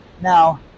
Now